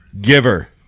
giver